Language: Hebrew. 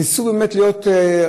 אנשים ניסו באמת להיות הוגנים,